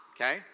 Okay